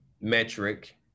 metric